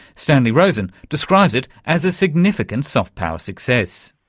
stanley rosen describes it as a significant soft power success.